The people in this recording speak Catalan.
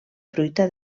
fruita